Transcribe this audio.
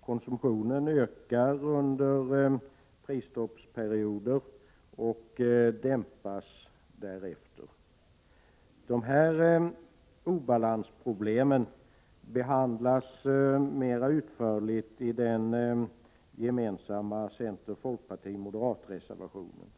Konsumtionen ökar under prisstoppsperioder och dämpas därefter. De här obalansproblemen behandlas mera utförligt i den gemensamma center-folkparti-moderatreservationen.